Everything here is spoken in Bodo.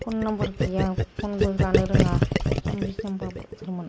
फन नाम्बार गैया फनबो लानो रोङा जाम्बि जामबा बोथोरमोन